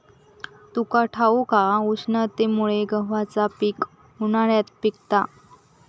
तुका ठाऊक हा, उष्णतेमुळे गव्हाचा पीक उन्हाळ्यात पिकता